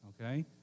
okay